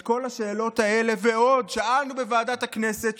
את כל השאלות האלה ועוד שאלנו בוועדת הכנסת,